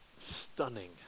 Stunning